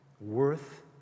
worth